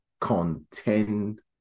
contend